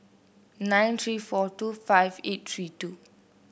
nine three four two five eight three two